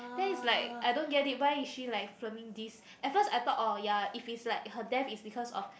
then is like I don't get it why is she like filming this at first I thought orh ya if it's like her death is because of